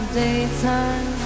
daytime